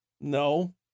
no